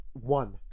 One